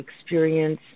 experience